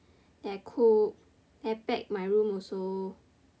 and cook and pack my room also